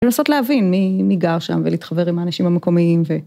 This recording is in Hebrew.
‫לנסות להבין מי גר שם ‫ולהתחבר עם האנשים המקומיים.